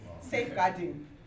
Safeguarding